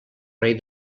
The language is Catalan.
rei